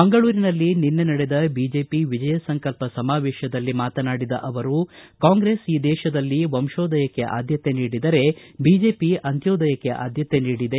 ಮಂಗಳೂರಿನಲ್ಲಿ ನಿನ್ನೆ ನಡೆದ ಬಿಜೆಪಿ ವಿಜಯ ಸಂಕಲ್ಲ ಸಮಾವೇಶದಲ್ಲಿ ಮಾತನಾಡಿದ ಅವರು ಕಾಂಗ್ರೆಸ್ ಈ ದೇಶದಲ್ಲಿ ವಂತೋದಯಕ್ಕೆ ಆದ್ದತೆ ನೀಡಿದರೆ ಬಿಜೆಪಿ ಅಂತ್ವೋದಯಕ್ಕೆ ಆದ್ದತೆ ನೀಡಿದೆ